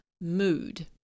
mood